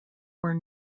were